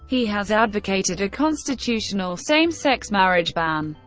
he has advocated a constitutional same-sex marriage ban,